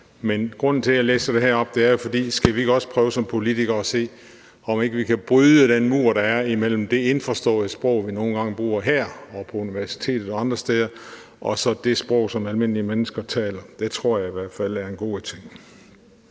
Men grunden til, at jeg læser det her op, er jo, at jeg vil sige, om vi ikke også som politikere skal prøve at se, om ikke vi kan bryde den mur, der er imellem det indforståede sprog, vi nogle gange bruger her og på universitetet og andre steder, og så det sprog, som almindelige mennesker taler. Det tror jeg i hvert fald er en god ting.